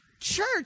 Church